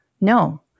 No